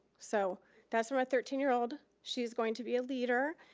so that's from a thirteen year old. she's going to be a leader,